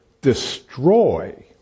destroy